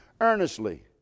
earnestly